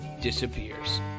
disappears